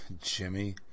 Jimmy